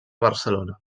barcelona